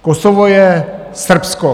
Kosovo je Srbsko.